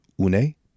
Une